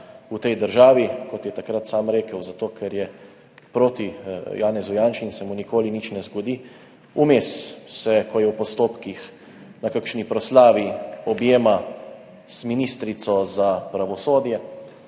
v tej državi, kot je takrat sam rekel, zato ker je proti Janezu Janši in se mu nikoli nič ne zgodi, vmes se, ko je v postopkih, na kakšni proslavi objema z ministrico za pravosodje,